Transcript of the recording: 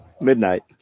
midnight